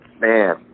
man